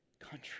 country